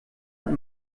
und